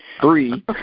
three